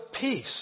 Peace